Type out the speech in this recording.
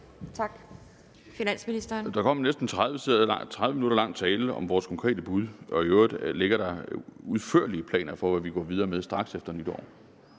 (Bjarne Corydon): Der kom en næsten 30 minutter lang tale om vores konkrete bud, og i øvrigt ligger der udførlige planer for, hvad vi går videre med straks efter nytår.